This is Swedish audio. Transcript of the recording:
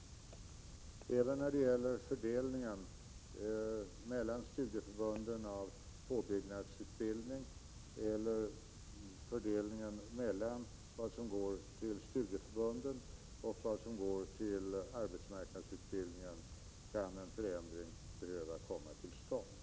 Även när det gäller fördelningen mellan studieförbunden av påbyggnadsutbildning och vid fördelningen av de medel som går till studieförbunden och arbetsmarknadsutbildningen kan en förändring behöva komma till stånd.